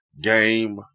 game